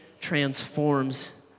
transforms